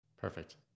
perfect